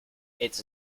its